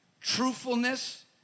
truthfulness